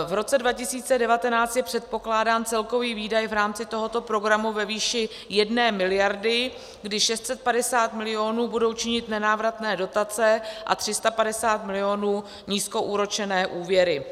V roce 2019 je předpokládán celkový výdaj v rámci tohoto programu ve výši 1 miliardy, kdy 650 milionů budou činit nenávratné dotace a 350 milionů nízkoúročené úvěry.